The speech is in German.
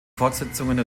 fortsetzungen